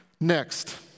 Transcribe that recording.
Next